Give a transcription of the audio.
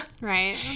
Right